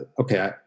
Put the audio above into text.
okay